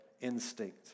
instinct